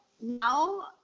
now